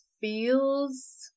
feels